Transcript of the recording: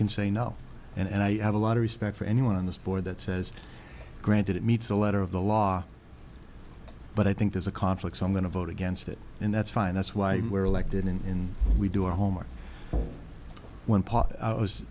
can say no and i have a lot of respect for anyone on this board that says granted it meets the letter of the law but i think there's a conflict so i'm going to vote against it and that's fine that's why we're elected in we do our homework when pot was